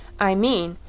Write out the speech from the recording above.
i mean,